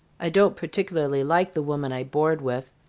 i don't particularly like the woman i board with.